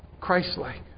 Christ-like